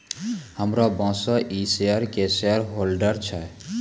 हमरो बॉसे इ शेयर के शेयरहोल्डर छै